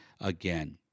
again